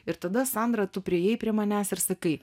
ir tada sandra tu priėjai prie manęs ir sakai